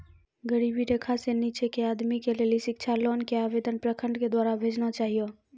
गरीबी रेखा से नीचे के आदमी के लेली शिक्षा लोन के आवेदन प्रखंड के द्वारा भेजना चाहियौ?